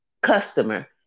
customer